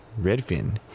Redfin